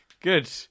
Good